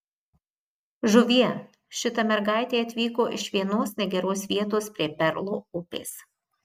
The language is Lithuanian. žuvie šita mergaitė atvyko iš vienos negeros vietos prie perlo upės